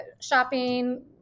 Shopping